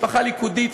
משפחה ליכודית,